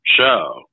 show